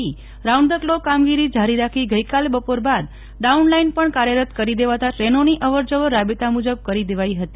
round the clock કામગીરી જારી રાખી ગઈકાલે બપોર બાદ ડાઉન લાઈન પણ કાર્યરત કરી દેવાતાં ટ્રેનોની અવર જવર રાબેતા મુજબ કરી દેવાઈ હતી